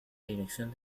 dirección